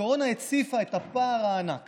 הקורונה הציפה את הפער הענק